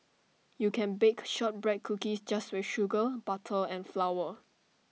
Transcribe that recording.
you can bake Shortbread Cookies just with sugar butter and flour